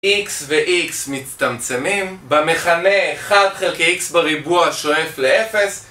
איקס ואיקס מצטמצמים, במכנה 1 חלקי איקס בריבוע שואף לאפס